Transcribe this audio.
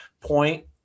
point